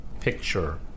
picture